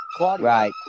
right